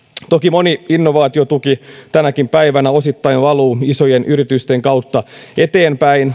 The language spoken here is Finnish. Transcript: toki moni innovaatiotuki tänäkin päivänä osittain valuu isojen yritysten kautta eteenpäin